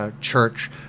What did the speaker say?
church